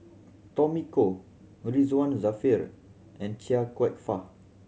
Tommy Koh Ridzwan Dzafir and Chia Kwek Fah